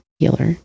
healer